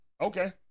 Okay